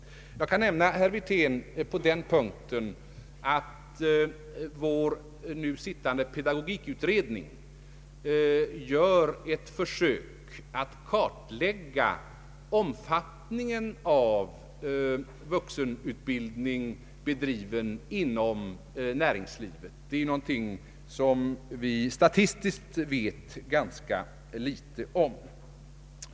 Jag kan nämna, herr Wirtén, att den nu pågående pedagogikutredningen gör på denna punkt ett försök att kartlägga omfattningen av vuxenutbildning, bedriven inom näringslivet. Det är något som vi statistiskt vet ganska litet om.